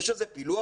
יש איזה פילוח,